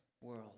world